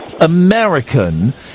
American